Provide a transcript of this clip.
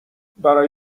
برای